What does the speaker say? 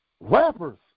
rappers